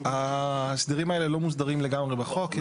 ההסדרים האלה לא מוסדרים לגמרי בחוק.